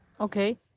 Okay